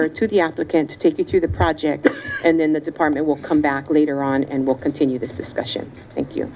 over to the applicant to take you to the project and then the department will come back later on and we'll continue this discussion thank you